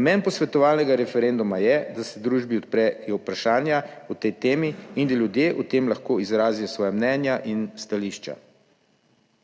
Namen posvetovalnega referenduma je, da se družbi odprejo vprašanja o tej temi in da ljudje o tem lahko izrazijo svoja mnenja in stališča.